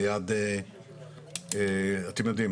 אתם יודעים,